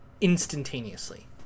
instantaneously